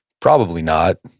probably not,